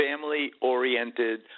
family-oriented